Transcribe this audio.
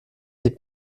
n’est